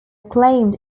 claimed